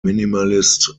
minimalist